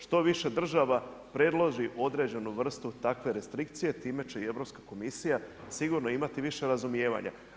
Što više država predloži određenu vrstu takve restrikcije, time će i Europska komisija sigurno imati više razumijevanja.